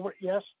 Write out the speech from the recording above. Yes